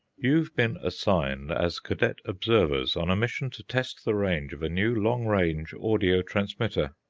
you've been assigned as cadet observers on a mission to test the range of a new long-range audio transmitter.